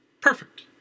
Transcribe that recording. Perfect